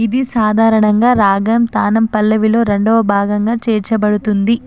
ఇది సాధారణంగా రాగం తానం పల్లవిలో రెండవ భాగంగా చేర్చబడుతుంది